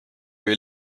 või